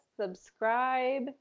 subscribe